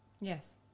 Yes